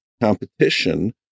competition